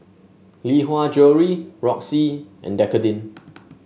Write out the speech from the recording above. Lee Hwa Jewellery Roxy and Dequadin